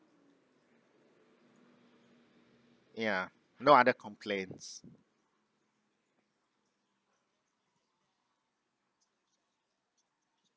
ya no other complains